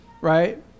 right